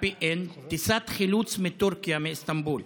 happy end, טיסת חילוץ מטורקיה, מאיסטנבול.